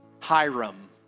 Hiram